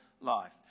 life